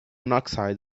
monoxide